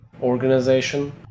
organization